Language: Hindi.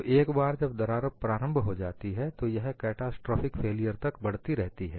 तो एक बार जब दरार प्रारंभ हो जाती है तो यह कैटास्ट्रोफिक फेलियर तक बढ़ती रहती है